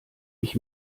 ich